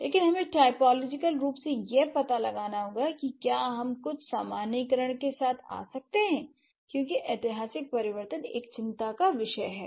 लेकिन हमें टाइपोलॉजिकल रूप से यह पता लगाना होगा कि क्या हम कुछ सामान्यीकरण के साथ आ सकते हैं क्योंकि ऐतिहासिक परिवर्तन एक चिंता का विषय हैं